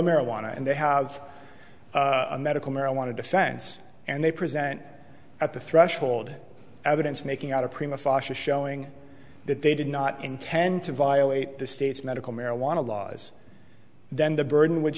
marijuana and they have a medical marijuana defense and they present at the threshold evidence making out a prima fascia showing that they did not intend to violate the state's medical marijuana laws then the burden would